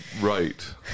right